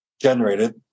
generated